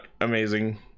amazing